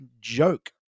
joke